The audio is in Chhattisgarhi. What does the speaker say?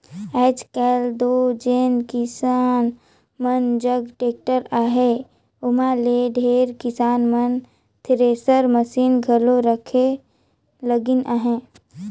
आएज काएल दो जेन किसान मन जग टेक्टर अहे ओमहा ले ढेरे किसान मन थेरेसर मसीन घलो रखे लगिन अहे